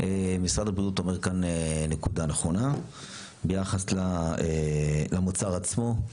שמשרד הבריאות אומר כאן נקודה נכונה ביחס למוצר עצמו.